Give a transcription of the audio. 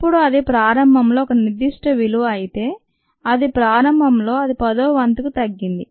ఇప్పుడు అది ప్రారంభంలో ఒక నిర్దిష్ట విలువ అయితే అది ప్రారంభంలో అది పదో వంతుకు తగ్గింది